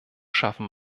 schaffen